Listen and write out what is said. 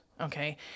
Okay